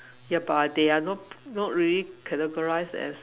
yeah but they are not not really categorised as